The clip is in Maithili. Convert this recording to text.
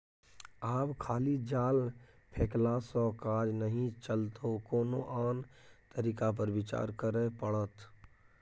आब खाली जाल फेकलासँ काज नहि चलतौ कोनो आन तरीका पर विचार करय पड़त